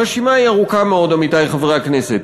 הרשימה ארוכה מאוד, עמיתי חברי הכנסת.